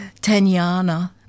Tanyana